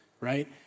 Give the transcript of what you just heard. right